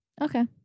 okay